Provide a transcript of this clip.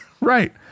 right